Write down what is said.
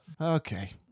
Okay